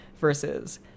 versus